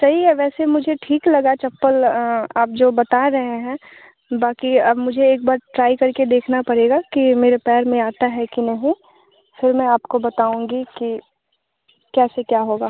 सही है वैसे मुझे ठीक लगा चप्पल आप जो बता रहे हैं बाकी अब मुझे एक बार ट्राई करके देखना पड़ेगा कि यह मेरे पैर में आता है कि नहीं फिर मैं आपको बताऊँगी कि कैसे क्या होगा